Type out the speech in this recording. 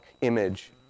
image